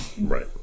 Right